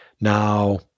Now